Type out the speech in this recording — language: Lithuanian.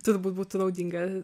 turbūt būtų naudinga